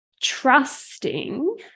trusting